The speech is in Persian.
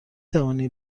تونی